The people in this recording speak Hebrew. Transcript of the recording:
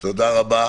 טוב, תודה רבה.